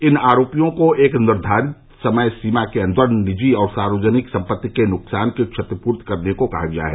इन आरोपियों को एक निर्धारित समय सीमा के अन्दर निजी और सार्वजनिक सम्पत्ति के नुकसान की क्षतिपूर्ति करने को कहा गया है